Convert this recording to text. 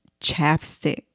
chapstick